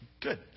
Good